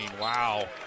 Wow